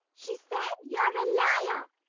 she said you're a liar.